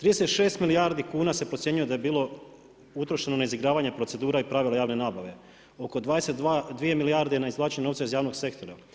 36 milijardi kuna se procjenjuje da bi bilo utrošeno na izigravanje procedura i pravila javne nabave, oko 22 milijarde na izvlačenje novca iz javnog sektora.